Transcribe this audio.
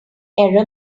error